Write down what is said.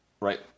right